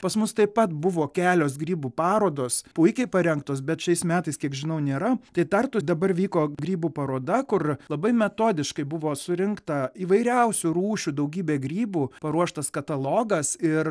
pas mus taip pat buvo kelios grybų parodos puikiai parengtos bet šiais metais kiek žinau nėra tai tartu dabar vyko grybų paroda kur labai metodiškai buvo surinkta įvairiausių rūšių daugybė grybų paruoštas katalogas ir